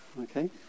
okay